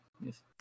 Yes